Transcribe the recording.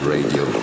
Radio